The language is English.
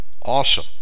Awesome